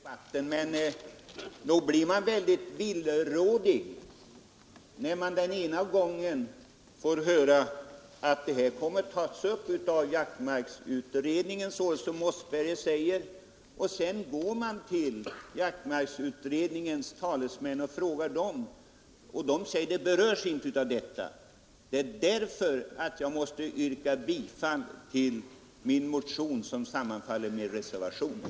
Herr talman! Inte heller jag vill förlänga debatten, men jag vill säga att man blir villrådig när man först får höra att detta spörsmål kommer att tas upp av jaktmarksutredningen, som herr Mossberger säger, och sedan vänder sig till jaktmarksutredningens talesmän och får beskedet att utredningens arbete inte berör denna fråga. Det är därför jag måste yrka bifall till min motion, vilkens yrkande sammanfaller med reservationens,